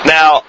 Now